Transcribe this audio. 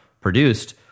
produced